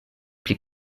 pli